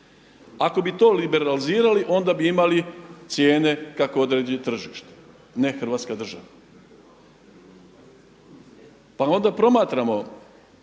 Ako bi to liberalizirali onda bi imali cijene kako određuje tržište, ne Hrvatska država. Pa onda promatramo